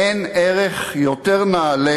אין ערך יותר נעלה